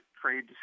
trade